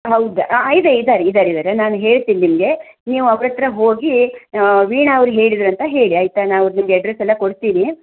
ಹೌದಾ ಹಾಂ ಇದ್ದಿ ಇದ್ದಾರೆ ಇದ್ದಾರಿದ್ದಾರೆ ನಾನು ಹೇಳ್ತೀನಿ ನಿಮಗೆ ನೀವು ಅವರ ಹತ್ರ ಹೋಗಿ ವೀಣಾ ಅವರು ಹೇಳಿದರಂತ ಹೇಳಿ ಆಯಿತಾ ಅವರ್ದು ನಿಮಗೆ ಅಡ್ರೆಸ್ ಎಲ್ಲ ಕೊಡ್ತೀನಿ